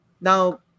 Now